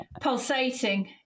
Pulsating